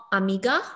amiga